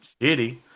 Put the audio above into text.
shitty